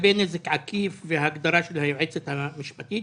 לגבי נזק עקיף וההגדרה של היועצת המשפטית,